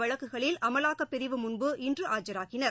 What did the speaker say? வழக்குகளில் அமலாக்கப் பிரிவு முன்பு இன்று ஆஜராகினர்